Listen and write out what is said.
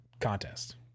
contest